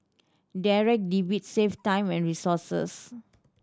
Direct Debit save time and resources